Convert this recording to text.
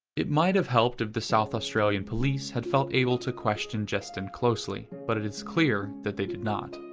it might have helped if the south australian police had felt able to question jestyn closely, but it is clear that they did not.